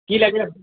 কি লাগে